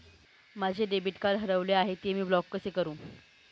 माझे debit card हरविले आहे, ते मी ब्लॉक कसे करु?